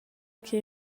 che